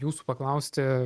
jūsų paklausti